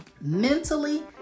Mentally